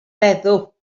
feddw